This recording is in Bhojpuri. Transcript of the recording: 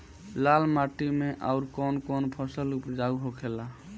लाल माटी मे आउर कौन कौन फसल उपजाऊ होखे ला?